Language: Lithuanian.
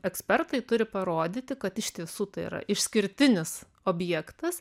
ekspertai turi parodyti kad iš tiesų tai yra išskirtinis objektas